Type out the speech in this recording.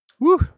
Woo